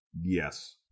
Yes